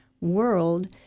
world